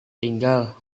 tinggal